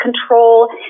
control